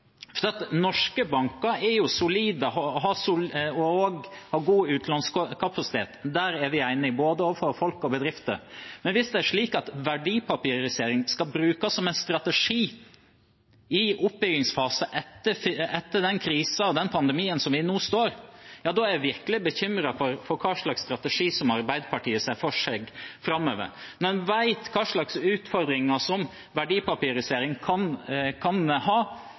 Norske banker er solide og har god utlånskapasitet, både overfor folk og bedrifter – der er vi enige – men hvis det er slik at verdipapirisering skal brukes som en strategi i oppbyggingsfasen etter den krisen og den pandemien vi nå står i, da er jeg virkelig bekymret for hva slags strategi Arbeiderpartiet ser for seg framover, når en vet hva slags utfordringer verdipapirisering kan ha.